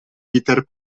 peter